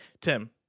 tim